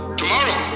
tomorrow